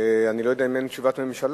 אני לא יודע אם אין תשובת ממשלה.